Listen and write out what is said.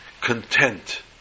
content